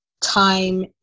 time